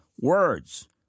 words